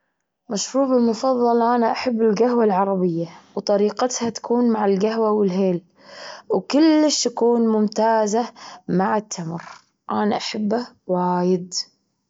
مشروبي المفظل أنا أحب الجهوة العربية وطريقتها تكون مع الجهوة والهيل، وكلش تكون ممتازة مع التمر أنا أحبه وايد.